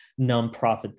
nonprofit